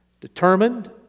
determined